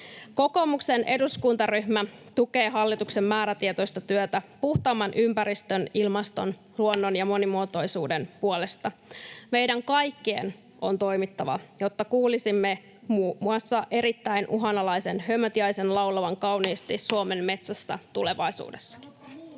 Kokoomuksen eduskuntaryhmä tukee hallituksen määrätietoista työtä puhtaamman ympäristön, ilmaston ja luonnon monimuotoisuuden puolesta. Meidän kaikkien on toimittava, jotta kuulisimme muun muassa erittäin uhanalaisen hömötiaisen laulavan kauniisti Suomen metsässä myös tulevaisuudessa.